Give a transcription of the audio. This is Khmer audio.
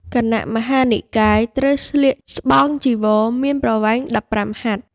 គណៈមហានិកាយ ត្រូវស្លៀកស្បង់ចីវរមានប្រវែង ១៥ ហត្ថ។